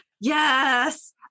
yes